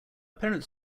parents